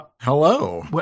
hello